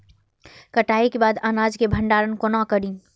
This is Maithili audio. कटाई के बाद अनाज के भंडारण कोना करी?